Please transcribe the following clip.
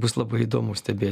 bus labai įdomu stebėt